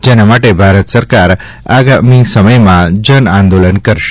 જેના માટે ભારત સરકાર આગમી સમયમાં જન આંદોલન કરશે